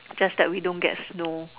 just that we don't get snow